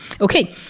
Okay